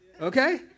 okay